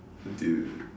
dude